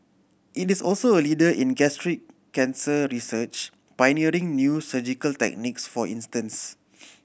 it is also a leader in gastric cancer research pioneering new surgical techniques for instance